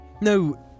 No